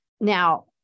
Now